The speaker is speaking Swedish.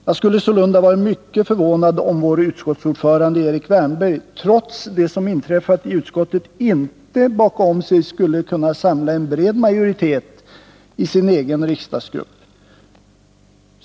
Jag skulle sålunda vara mycket förvånad om vår utskottsordförande Erik Wärnberg, trots det som inträffat i utskottet, inte bakom sig skulle kunna samla en bred majoritet i sin egen riksdagsgrupp.